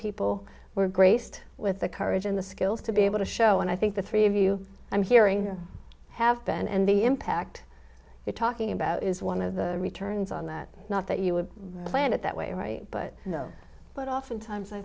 people were graced with the courage and the skills to be able to show and i think the three of you i'm hearing there have been and the impact you're talking about is one of the returns on that not that you would plan it that way right but you know but oftentimes i